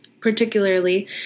particularly